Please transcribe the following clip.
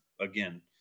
again